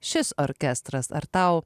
šis orkestras ar tau